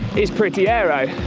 is pretty aero.